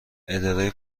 اداره